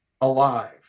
alive